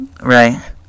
Right